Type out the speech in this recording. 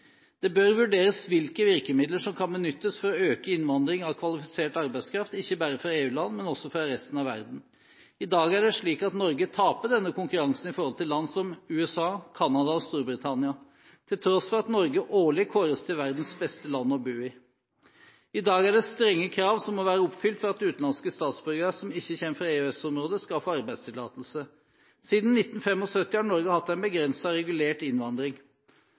Det bør vurderes hvilke virkemidler som kan benyttes for å øke innvandring av kvalifisert arbeidskraft, ikke bare fra EU-land, men også fra resten av verden. I dag er det slik at Norge taper denne konkurransen i forhold til land som USA, Canada og Storbritannia, til tross for at Norge årlig kåres til verdens beste land å bo i. I dag er det strenge krav som må være oppfylt for at utenlandske statsborgere som ikke kommer fra EØS-området, skal få arbeidstillatelse. Siden 1975 har Norge hatt en begrenset og regulert innvandring.